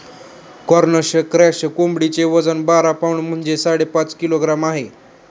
Cornish cross कोंबडीचे वजन बारा पौंड म्हणजेच साडेपाच किलोग्रॅम आहे